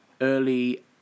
early